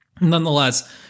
nonetheless